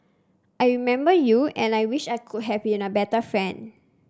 I remember you and I wish I could have been a better friend